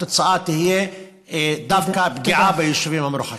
התוצאה תהיה דווקא פגיעה ביישובים המרוחקים.